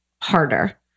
harder